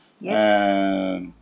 Yes